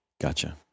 Gotcha